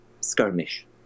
skirmish